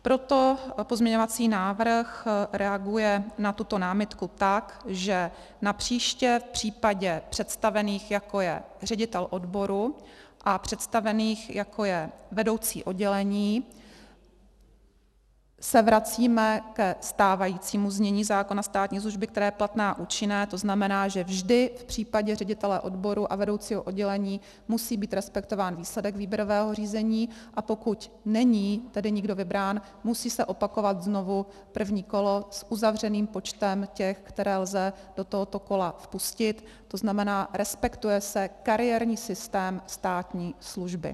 Proto pozměňovací návrh reaguje na tuto námitku tak, že napříště v případě představených, jako je ředitel odboru, a představených, jako je vedoucí oddělení, se vracíme ke stávajícímu znění zákona o státní službě, které je platné a účinné, tzn. že vždy v případě ředitele odboru a vedoucího oddělení musí být respektován výsledek výběrového řízení, a pokud není tedy nikdo vybrán, musí se opakovat znovu první kolo s uzavřeným počtem těch, které lze do tohoto kola vpustit, tzn. respektuje se kariérní systém státní služby.